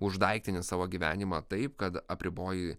už daiktinį savo gyvenimą taip kad apriboji